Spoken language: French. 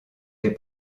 des